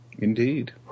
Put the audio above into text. Indeed